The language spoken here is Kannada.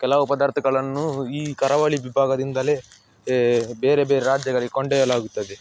ಕೆಲವು ಪದಾರ್ಥಗಳನ್ನು ಈ ಕರಾವಳಿ ವಿಭಾಗದಿಂದಲೇ ಬೇರೆ ಬೇರೆ ರಾಜ್ಯಗಳಿಗೆ ಕೊಂಡೊಯ್ಯಲಾಗುತ್ತದೆ